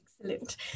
Excellent